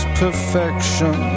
perfection